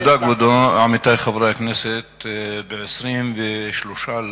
כבודו, תודה, עמיתי חברי הכנסת, ב-23 בנובמבר